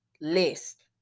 list